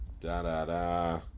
da-da-da